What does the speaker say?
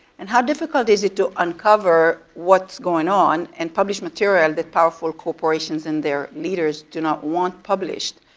and how difficult is it to uncover what's going on and publish material that powerful corporations, and their leaders do not want published?